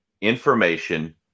information